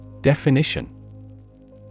Definition